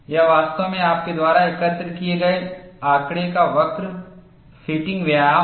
यह वास्तव में आपके द्वारा एकत्र किए गए आंकड़े का वक्र फिटिंग व्यायाम है